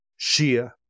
Shia